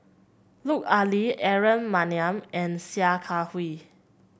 Lut Ali Aaron Maniam and Sia Kah Hui